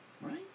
Right